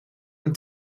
een